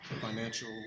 financial